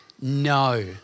no